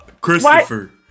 Christopher